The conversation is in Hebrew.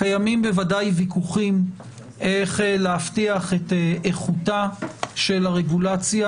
קיימים בוודאי ויכוחים איך להבטיח את איכותה של הרגולציה.